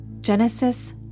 Genesis